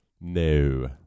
no